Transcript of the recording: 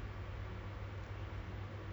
a longer relationship is it